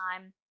time